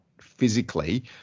physically